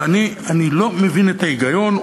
אני לא מבין את ההיגיון,